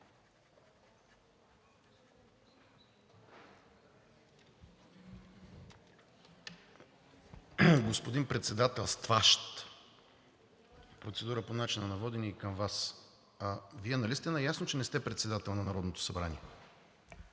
Господин Председателстващ! Процедурата по начина на водене е към Вас. Вие нали сте наясно, че не сте председател на Народното събрание?